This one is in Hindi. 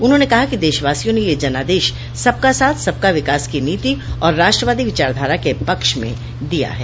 उन्होंने कहा कि देशवासियों ने यह जनादेश सबका साथ सबका विकास की नीति और राष्ट्रवादी विचारधारा के पक्ष में दिया है